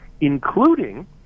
including